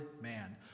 man